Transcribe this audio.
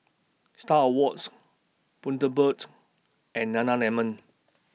STAR Awards Bundaberg and Nana Lemon